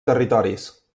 territoris